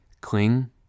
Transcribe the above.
Cling